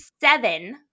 seven